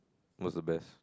what's the best